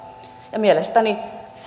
mielestäni